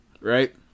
right